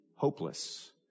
hopeless